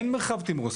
אין מרחב תמרון.